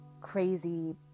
crazy